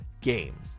game